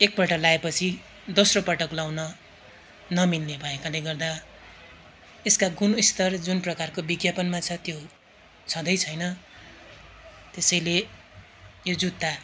एकपल्ट लगाएपछि दोस्रोपटक लगाउन नमिल्ने भएकाले गर्दा यसका गुणस्तर जुन प्रकारको विज्ञापनमा छ त्यो छँदैछैन त्यसैले यो जुत्ता